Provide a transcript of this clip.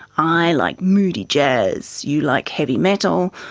i like moody jazz, you like heavy metal,